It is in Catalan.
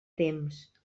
temps